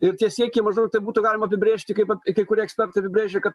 ir tie siekiai maždaug tai būtų galima apibrėžti kaip kai kurie ekspertai apibrėžia kad